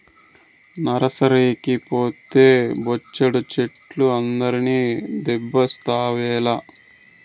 నర్సరీకి పోతే బొచ్చెడు చెట్లు అందరిని దేబిస్తావేల